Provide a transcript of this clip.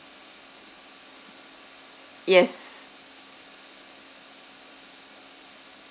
yes